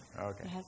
Okay